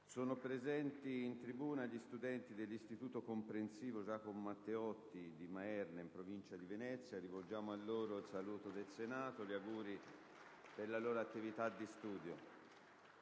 Sono presenti in tribuna gli studenti dell'Istituto comprensivo statale «Giacomo Matteotti» di Maerne, in provincia di Venezia. Rivolgiamo loro il saluto del Senato e gli auguri per la loro attività di studio.